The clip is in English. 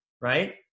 right